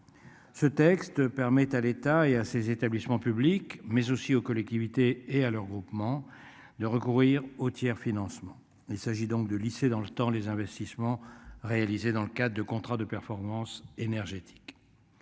Ce texte permet à l'État et à ses établissements publics, mais aussi aux collectivités et à leurs groupements de recourir au tiers-financement. Il s'agit donc de lisser dans le temps les investissements réalisés dans le cadre de contrats de performance énergétique.